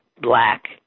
black